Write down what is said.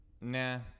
nah